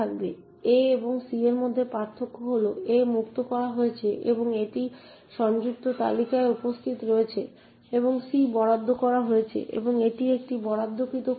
a এবং c এর মধ্যে পার্থক্য হল a মুক্ত করা হয়েছে এবং এটি সংযুক্ত তালিকায় উপস্থিত রয়েছে এবং c বরাদ্দ করা হয়েছে এবং এটি একটি বরাদ্দকৃত খণ্ড